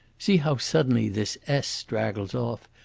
see how suddenly this s straggles off,